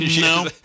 No